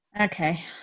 Okay